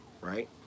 right